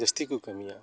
ᱡᱟᱹᱥᱛᱤ ᱠᱚ ᱠᱟᱹᱢᱤᱭᱟ